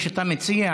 כשאתה מציע,